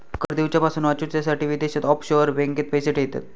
कर दिवच्यापासून वाचूच्यासाठी विदेशात ऑफशोअर बँकेत पैशे ठेयतत